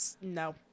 No